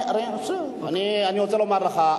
אני רוצה לומר לך,